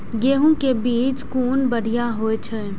गैहू कै बीज कुन बढ़िया होय छै?